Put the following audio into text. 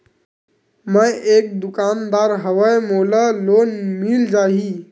मै एक दुकानदार हवय मोला लोन मिल जाही?